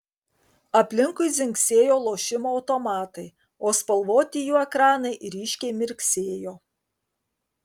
aplinkui dzingsėjo lošimo automatai o spalvoti jų ekranai ryškiai mirksėjo